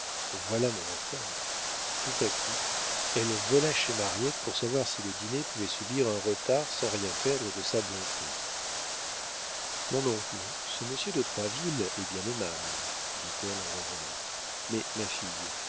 voilà mon affaire tout à coup elle vola chez mariette pour savoir si le dîner pouvait subir un retard sans rien perdre de sa bonté mon oncle ce monsieur de troisville est bien aimable dit-elle en revenant mais ma fille